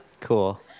cool